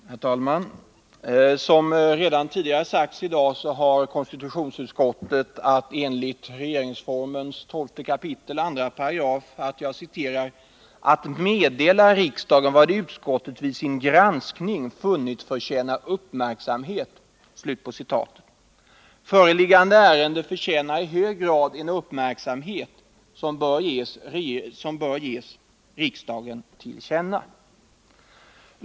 Herr talman! Som redan tidigare sagts i dag har konstitutionsutskottet enligt RF 12:2 ”att meddela riksdagen vad utskottet vid sin granskning funnit förtjäna uppmärksamhet”. Föreliggande ärende förtjänar i hög grad en uppmärksamhet som bör ges regeringen till känna.